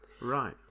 Right